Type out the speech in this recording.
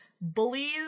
bullies